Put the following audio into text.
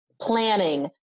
planning